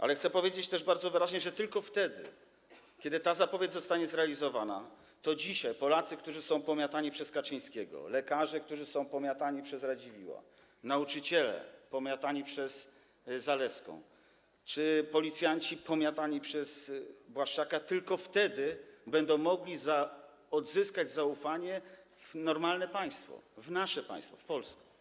Ale chcę powiedzieć też bardzo wyraźnie, że tylko wtedy kiedy ta zapowiedź zostanie zrealizowana, Polacy, którzy dzisiaj są pomiatani przez Kaczyńskiego, lekarze, którzy są pomiatani przez Radziwiłła, nauczyciele pomiatani przez Zalewską czy policjanci pomiatani przez Błaszczaka będą mogli odzyskać zaufanie do normalnego państwa, do naszego państwa, do Polski.